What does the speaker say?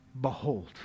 Behold